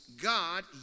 God